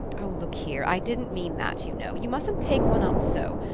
oh, look here, i didn't mean that, you know you mustn't take one up so!